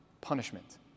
punishment